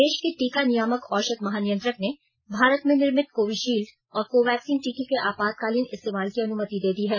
देश के टीका नियामक औषध महानियंत्रक ने भारत में निर्मित कोविशील्ड और कोवैक्सीन टीके के आपातकालीन इस्तेमाल की अनुमति दे दी है